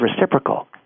reciprocal